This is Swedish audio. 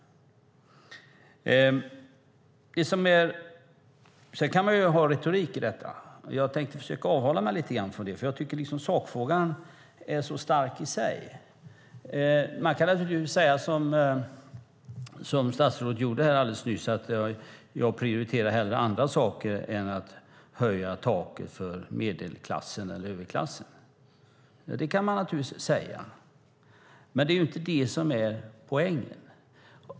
Sedan kan man ha retorik i detta, men jag tänkte försöka avhålla mig lite grann från det eftersom jag tycker att sakfrågan är så stark i sig. Man kan naturligtvis säga som statsrådet gjorde här alldeles nyss: Jag prioriterar hellre andra saker än att höja taket för medelklassen eller överklassen! Men det är inte det som är poängen.